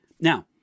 Now